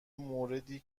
موردی